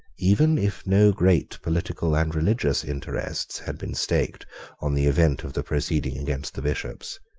even if no great political and religious interests had been staked on the event of the proceeding against the bishops,